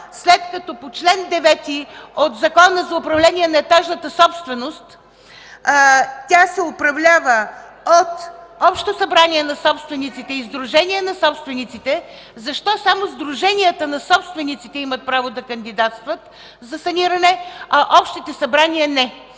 след като по чл. 9 от Закона за управление на етажната собственост тя се управлява от общо събрание на собствениците и сдружение на собствениците, защо само сдруженията на собствениците имат право да кандидатстват за саниране, а общите събрания не.